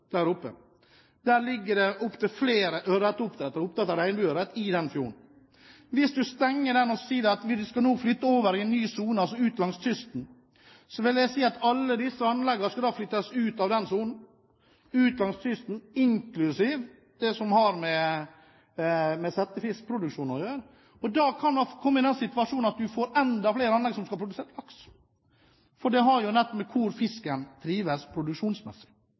ny sone, altså ut langs kysten, vil det si at alle disse anleggene skal flyttes ut av denne sonen og ut langs kysten, inklusiv de anleggene som har med settefiskproduksjon å gjøre. Da kan man komme i den situasjonen at man får enda flere anlegg som skal produsere laks, for dette har jo nettopp å gjøre med hvor fisken trives produksjonsmessig.